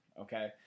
Okay